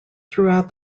throughout